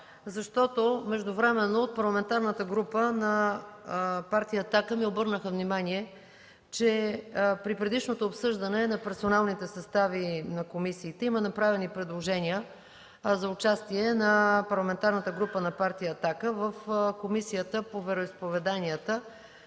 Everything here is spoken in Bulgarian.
защото междувременно от Парламентарната група на Партия „Атака” ми обърнаха внимание, че при предишното обсъждане на персоналните състави на комисиите има направени предложения за участие на Парламентарната група на Партия „Атака” в Комисията по вероизповеданията